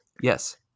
Yes